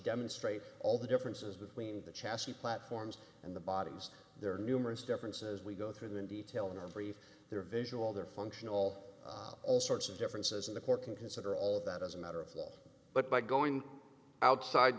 demonstrate all the differences between the chassis platforms and the bodies there are numerous differences we go through them in detail in our brief their visual their function all sorts of differences in the court can consider all that as a matter of law but by going outside